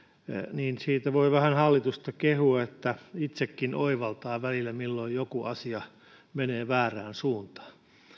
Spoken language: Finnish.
niin siitä voi vähän hallitusta kehua että se itsekin oivaltaa välillä milloin joku asia menee väärään suuntaan